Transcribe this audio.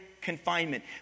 confinement